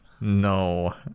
No